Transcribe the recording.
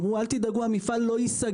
אמרו להם אל תדאגו, המפעל לא ייסגר.